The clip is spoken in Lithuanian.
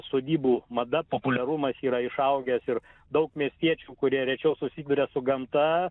sodybų mada populiarumas yra išaugęs ir daug miestiečių kurie rečiau susiduria su gamta